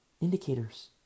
Indicators